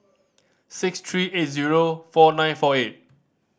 six three eight zero four nine four eight